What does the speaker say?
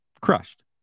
crushed